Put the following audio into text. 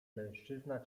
mężczyzna